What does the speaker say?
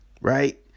Right